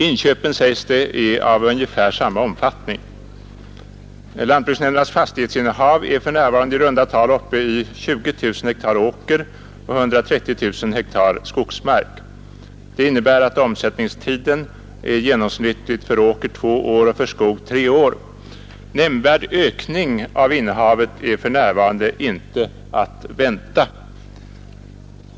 Inköpen, sägs det, är av ungefär samma omfattning. Lantbruksnämndernas fastighetsinnehav är för närvarande i runda tal uppe i 20000 ha åker och 130 000 ha skogsmark. Det innebär att omsättningstiden är genomsnittligt för åker två år och för skog tre år. Nämnvärd ökning av innehavet är för närvarande inte att vänta.